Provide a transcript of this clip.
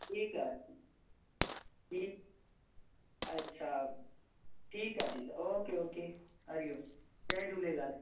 ठीकु आहे ठीकु अच्छा ठीकु आहे ठीक आहे ओके ओके हरिओम जय झूलेलाल